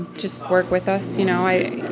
just work with us, you know?